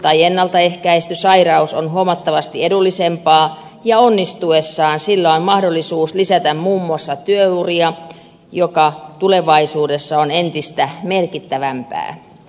sairauden ennaltaehkäiseminen ajoissa on huomattavasti edullisempaa ja ehkäisyn onnistuessa on mahdollisuus pidentää muun muassa työuria joka tulevaisuudessa on entistä merkittävämpää